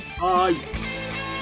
Bye